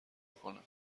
کنم